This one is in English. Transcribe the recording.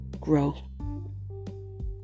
grow